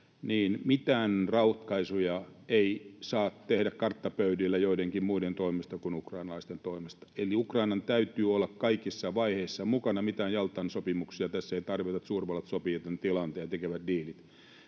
niin mitään ratkaisuja ei saa tehdä karttapöydillä joidenkin muiden toimesta kuin ukrainalaisten toimesta. Eli Ukrainan täytyy olla kaikissa vaiheissa mukana. Mitään Jaltan sopimuksia tässä ei tarvita, eli että suurvallat sopivat tämän tilanteen ja tekevät diilit.